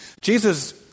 Jesus